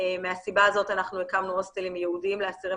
מהסיבה הזאת הקמנו הוסטלים ייעודיים לאסירים